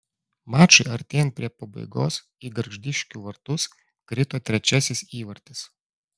mačui artėjant prie pabaigos į gargždiškių vartus krito trečiasis įvartis